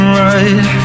right